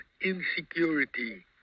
insecurity